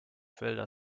felder